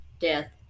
Death